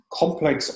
complex